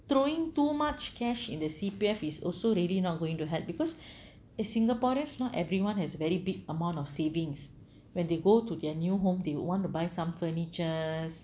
throwing too much cash in the C_P_F is also really not going to help because as singaporeans not everyone has a very big amount of savings when they go to their new home they would want to buy some furnitures